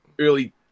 early